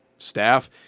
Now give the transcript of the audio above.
Staff